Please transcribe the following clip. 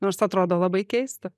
nors atrodo labai keista